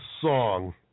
song